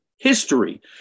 History